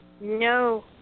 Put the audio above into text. no